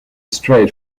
straight